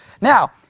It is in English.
Now